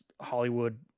hollywood